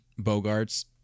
bogarts